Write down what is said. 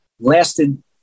lasted